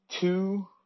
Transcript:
two